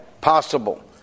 Possible